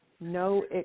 no